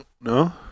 No